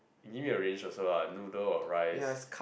you give me a range also ah noodle or rice